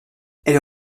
est